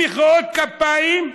מצביעים בעד החוק,